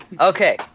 Okay